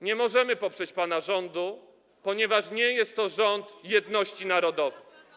Nie możemy poprzeć pana rządu, ponieważ nie jest to rząd jedności narodowej.